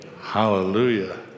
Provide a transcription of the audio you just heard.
Hallelujah